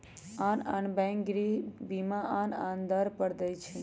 आन आन बैंक गृह बीमा आन आन दर पर दइ छै